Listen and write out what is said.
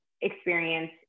experience